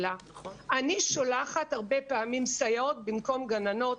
אני שולחת הרבה פעמים סייעות במקום גננות.